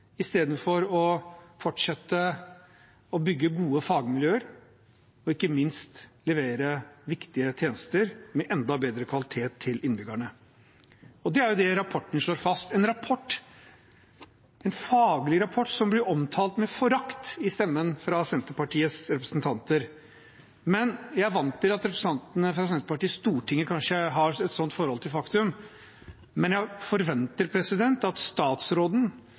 istedenfor å fortsette å bygge gode fagmiljøer og ikke minst levere viktige tjenester med enda bedre kvalitet til innbyggerne. Det er jo det rapporten slår fast, en faglig rapport som blir omtalt med forakt i stemmen fra Senterpartiets representanter. Jeg er vant til at representantene fra Senterpartiet i Stortinget kanskje har et sånt forhold til faktum, men jeg forventer at statsråden,